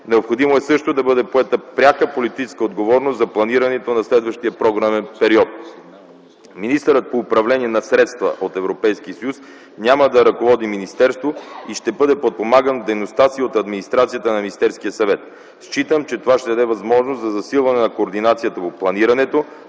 Необходимо е също да бъде поета пряка политическа отговорност за планирането на следващия програмен период. Министърът по управление на средства от Европейския съюз няма да ръководи министерство и ще бъде подпомаган в дейността си от администрацията на Министерския съвет. Считам, че това ще даде възможност за засилване на координацията по планирането,